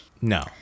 no